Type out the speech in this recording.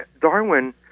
Darwin